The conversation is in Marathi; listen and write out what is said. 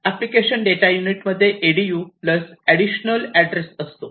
अॅप्लिकेशन डेटा युनिट मध्ये ADU प्लस एडिशनल ऍड्रेस असतो